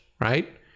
right